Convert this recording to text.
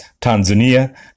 Tanzania